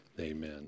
Amen